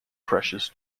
precious